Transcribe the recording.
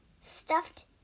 stuffed